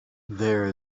there